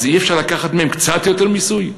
אז אי-אפשר לקחת מהם קצת יותר מסים?